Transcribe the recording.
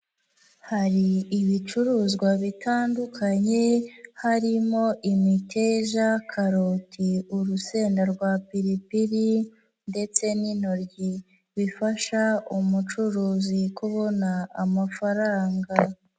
Hari ibicuruzwa bitandukanye, harimo imiteja, karoti, urusenda rwa pripiri ndetse n'intoryi, bifasha umucuruzi kubona amafaranga.